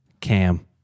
Cam